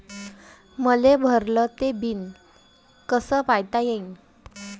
मले भरल ते बिल कस पायता येईन?